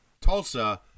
Tulsa